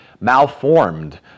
malformed